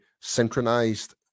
synchronized